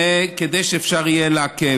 כדי שיהיה אפשר לעכב.